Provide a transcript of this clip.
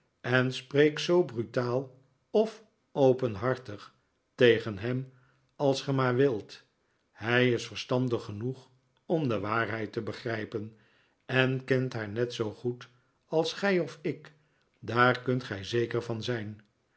en spreek zoo brutaal of openhartig tegen hem als ge maar wilt hij is verstandig genoeg om de waarheid te begrijperi en kent haar net zoo goed als gij of ik daar kunt gij zeker van zijn